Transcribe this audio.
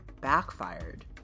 backfired